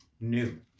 new